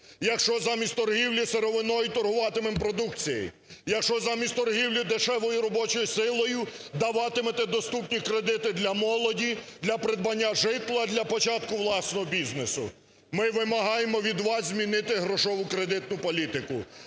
якщо замість торгівлі сировиною торгуватимемо продукцією, якщо замість торгівлі дешевої робочої силою даватимете доступні кредити для молоді, для придбання житла, для початку власного бізнесу. Ми вимагаємо від вас змінити грошово-кредитну політику.